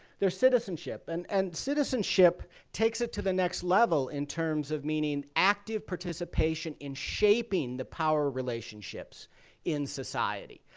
there's citizenship. and and citizenship takes it to the next level in terms of meaning active participation in shaping the power relationships in society.